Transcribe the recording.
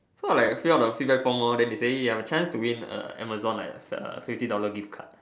so I like fill up the feedback form lor then they say eh I have a chance to win a Amazon like a fifty dollar gift card